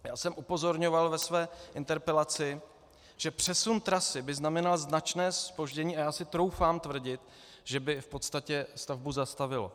Já jsem upozorňoval ve své interpelaci, že přesun trasy by znamenal značné zpoždění, a troufám si tvrdit, že by v podstatě stavbu zastavil.